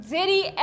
Diddy